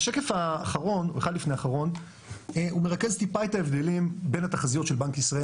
השקף אחד לפני אחרון מרכז את ההבדלים בין התחזיות של בנק ישראל